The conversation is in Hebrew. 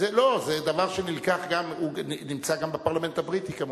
זה דבר שנמצא גם בפרלמנט הבריטי, כמובן.